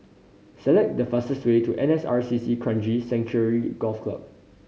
select the fastest way to N S R C C Kranji Sanctuary Golf Club